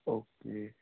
okay